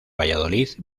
valladolid